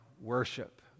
worship